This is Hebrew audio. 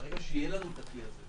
ברגע שיהיה לנו את הכלי הזה,